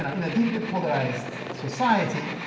in in a deeply polarized society,